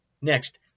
Next